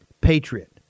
Patriot